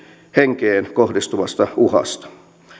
henkeen kohdistuvasta uhasta